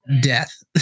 death